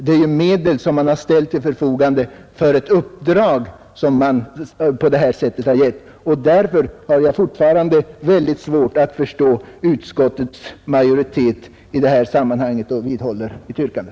De medel som givits på detta sätt är sådana som ställts till förfogande för ett särskilt uppdrag. Därför har jag fortfarande mycket svårt att förstå utskottets majoritet i detta sammanhang och jag vidhåller mitt yrkande.